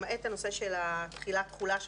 למעט הנושא של התחילה והתחולה,